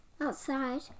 outside